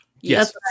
Yes